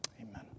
Amen